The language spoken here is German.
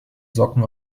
socken